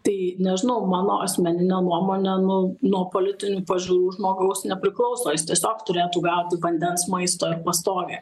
tai nežinau mano asmenine nuomone nu nuo politinių pažiūrų žmogaus nepriklauso jis tiesiog turėtų gauti vandens maisto ir pastogę